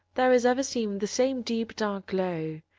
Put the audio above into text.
there is ever seen the same deep dark glow,